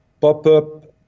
pop-up